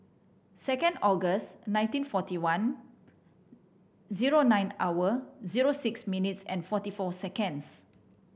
second August nineteen forty one zero nine hour zero six minutes and forty four seconds